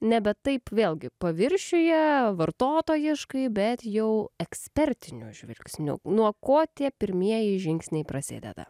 nebe taip vėlgi paviršiuje vartotojiškai bet jau ekspertiniu žvilgsniu nuo ko tie pirmieji žingsniai prasideda